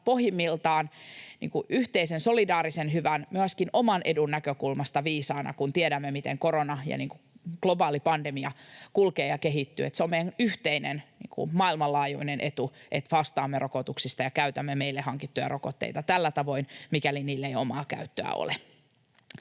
pohjimmiltaan yhteisen solidaarisen hyvän ja myöskin oman edun näkökulmasta viisaana, kun tiedämme, miten korona ja globaali pandemia kulkevat ja kehittyvät. Se on meidän yhteinen maailmanlaajuinen etu, että vastaamme rokotuksista ja käytämme meille hankittuja rokotteita tällä tavoin, mikäli niille ei omaa käyttöä ole.